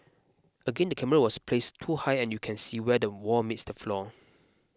again the camera was placed too high and you can see where the wall meets the floor